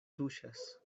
tuŝas